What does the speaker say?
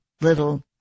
little